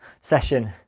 session